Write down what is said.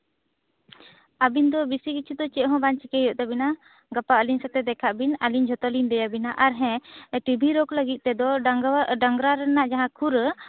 ᱟᱵᱤᱱ ᱫᱚ ᱵᱤᱥᱤ ᱠᱤᱪᱷᱩ ᱫᱚ ᱪᱮᱫ ᱦᱚᱸ ᱵᱟᱝ ᱪᱤᱠᱟᱹᱭ ᱦᱩᱭᱩᱜ ᱛᱟᱵᱮᱱᱟ ᱜᱟᱯᱟ ᱟᱞᱤᱧ ᱥᱟᱶᱛᱮ ᱫᱮᱠᱷᱟᱜ ᱵᱤᱱ ᱟᱨ ᱟᱞᱤᱧ ᱡᱚᱛᱚ ᱞᱤᱧ ᱞᱟᱹᱭᱟᱵᱤᱱᱟ ᱟᱨ ᱦᱮᱸ ᱴᱤ ᱵᱤ ᱨᱳᱜᱽ ᱞᱟᱹᱜᱤᱫ ᱛᱮᱫᱚ ᱰᱟᱝᱨᱟ ᱨᱮᱱᱟᱜ ᱡᱟᱦᱟᱸ ᱠᱷᱩᱨᱟᱹ